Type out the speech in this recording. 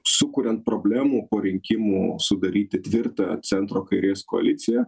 sukuriant problemų po rinkimų sudaryti tvirtą centro kairės koaliciją